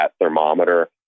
thermometer